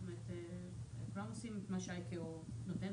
זאת אומרת כולם עושים את מה שה-ICAO נותן,